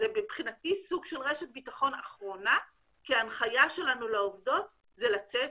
מבחינתי זה סוג של רשת ביטחון אחרונה כי ההנחיה שלנו לעובדות היא לצאת.